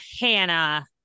Hannah